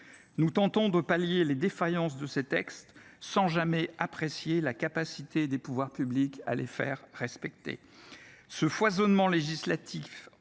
Nous tentons de pallier les défaillances de ces textes sans jamais apprécier la capacité des pouvoirs publics à les faire appliquer. Ce foisonnement législatif